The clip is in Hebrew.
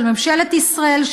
של ממשלת ישראל,